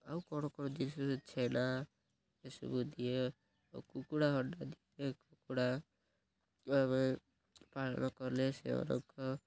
ଆଉ କ'ଣ କ'ଣ ଜିନିଷ ଛେନା ଏସବୁ ଦିଏ ଆଉ କୁକୁଡ଼ା ଅଣ୍ଡା ଦିଏ କୁକୁଡ଼ା ଆମେ ପାଳନ କଲେ ସେମାନଙ୍କ